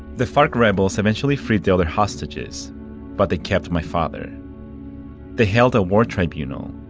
the farc rebels eventually freed the other hostages but they kept my father they held a war tribunal,